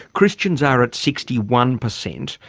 christians are at sixty one percent.